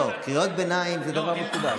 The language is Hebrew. לא, קריאות ביניים זה דבר מקובל.